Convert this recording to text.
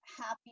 happy